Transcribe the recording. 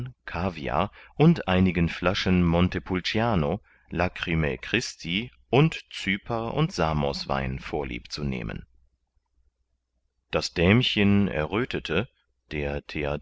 kaviar und einigen flaschen montepulciano lacrymä christi und cyper und samoswein vorlieb zu nehmen das dämchen erröthete der